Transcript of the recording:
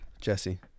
Jesse